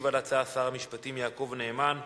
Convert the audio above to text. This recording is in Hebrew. ישיב על ההצעה שר המשפטים יעקב נאמן.